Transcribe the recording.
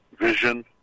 vision